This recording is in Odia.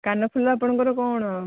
କାନଫୁଲ ଆପଣଙ୍କର କ'ଣ